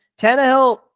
Tannehill